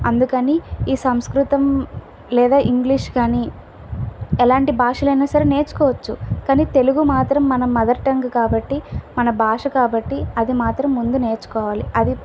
అందుకని ఈ సంస్కృతం లేదా ఇంగ్లీష్ కానీ ఎలాంటి భాషలు అయినా సరే నేర్చుకోవచ్చు కానీ తెలుగు మాత్రం మనం మదర్ టంగ్ కాబట్టి మన భాష కాబట్టి అది మాత్రం ముందు నేర్చుకోవాలి అది